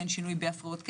אין שינוי בהפרעות קצב,